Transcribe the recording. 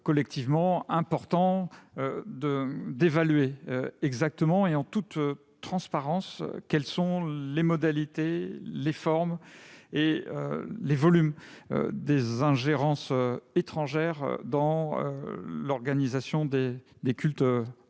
nous semble collectivement important d'évaluer exactement et en toute transparence les modalités, les formes et les volumes des ingérences étrangères dans l'organisation des cultes